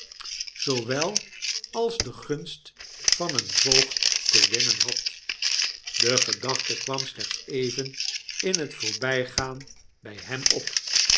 zoowel als de gunst van een voogd te winnen had de gedachte kwam slechts even in het voorbijgaan bij hem op